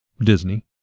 disney